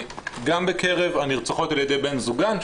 גם בקרב הנרצחות על ידי בן זוגן,